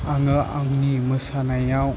आङो आंनि मोसानायाव